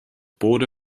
board